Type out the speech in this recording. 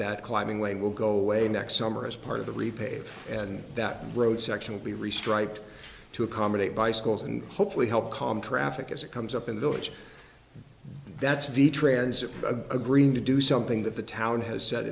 that climbing lane will go away next summer as part of the repave and that road section will be restrike to accommodate bicycles and hopefully help calm traffic as it comes up in the village that's v transit agreeing to do something that the town has s